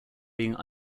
being